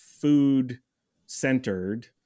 food-centered